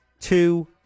two